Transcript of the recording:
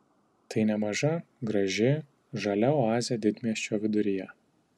tai nemaža graži žalia oazė didmiesčio viduryje